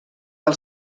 del